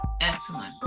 Excellent